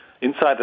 Inside